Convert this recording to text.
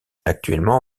actuellement